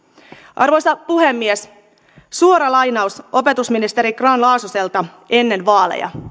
arvoisa puhemies suora lainaus opetusministeri grahn laasoselta ennen vaaleja